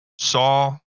saw